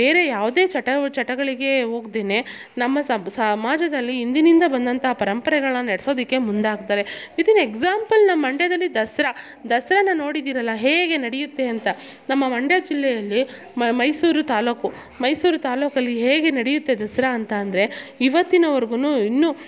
ಬೇರೆ ಯಾವುದೇ ಚಟವ ಚಟಗಳಿಗೆ ಹೋಗ್ದೆನೆ ನಮ್ಮ ಸಬ್ ಸಮಾಜದಲ್ಲಿ ಹಿಂದಿನಿಂದ ಬಂದಂಥಾ ಪರಂಪರೆಗಳನ್ನ ನಡ್ಸೋದಿಕ್ಕೆ ಮುಂದಾಗ್ತಾರೆ ಇದು ಎಕ್ಸಾಂಪಲ್ ನಮ್ಮ ಮಂಡ್ಯದಲ್ಲಿ ದಸರ ದಸರನ ನೋಡಿದ್ದೀರಲ್ಲ ಹೇಗೆ ನಡೆಯುತ್ತೆ ಅಂತ ನಮ್ಮ ಮಂಡ್ಯ ಜಿಲ್ಲೆಯಲ್ಲಿ ಮೈಸೂರು ತಾಲೂಕು ಮೈಸೂರು ತಾಲೂಕಲ್ಲಿ ಹೇಗೆ ನಡೆಯುತ್ತೆ ದಸರಾ ಅಂತ ಅಂದರೆ ಇವತ್ತಿನವರ್ಗು ಇನ್ನೂ